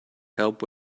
help